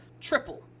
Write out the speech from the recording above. triple